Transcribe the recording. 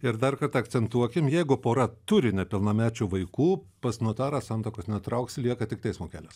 ir dar kartą akcentuokim jeigu pora turi nepilnamečių vaikų pas notarą santuokos netrauks lieka tik teismo kelias